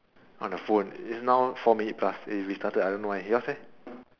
on the phone it's now four minute plus it restarted I don't know why yours leh